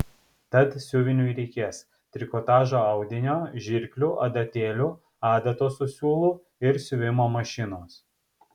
tad siuviniui reikės trikotažo audinio žirklių adatėlių adatos su siūlu ir siuvimo mašinos